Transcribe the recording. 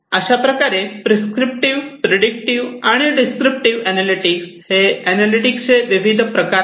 अशाप्रकारे prescriptive predictive आणि descriptive analytics हे अनॅलिटिक्सचे विविध प्रकार आहेत